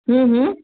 हम्म हम्म